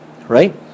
right